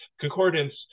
concordance